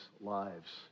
lives